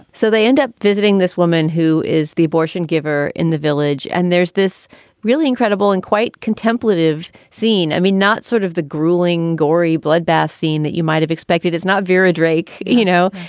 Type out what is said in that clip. so they end up visiting this woman who is the abortion giver in the village. and there's this really incredible and quite contemplative scene. i mean, not sort of the grueling, gory bloodbath scene that you might have expected is not vera drake. you know,